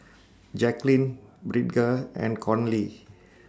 Jacqueline Bridger and Conley